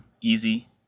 easy